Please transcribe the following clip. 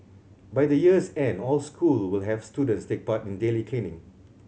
by the year's end all school will have students take part in daily cleaning